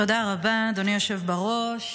תודה רבה, אדוני היושב בראש.